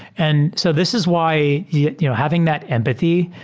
and so this is why yeah you know having that empathy,